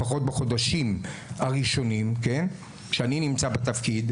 לפחות בחודשים הראשונים שאני נמצא בתפקיד,